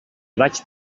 vaig